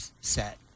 set